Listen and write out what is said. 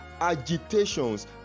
agitations